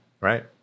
Right